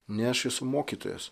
ne aš esu mokytojas